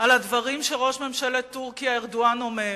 על הדברים שראש ממשלת טורקיה ארדואן אומר,